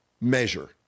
measure